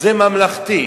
זה ממלכתי.